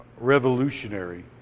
revolutionary